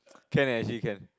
can eh actually can